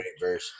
verse